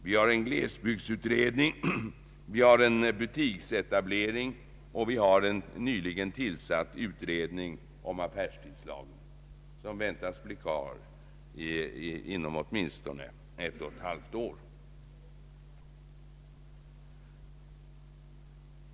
Vi har en glesbygdsutredning, vi har en utredning om butiksetablering och en nyligen tillsatt utredning om affärstidslagen, som väntas bli klar inom ett och ett halvt år.